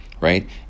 right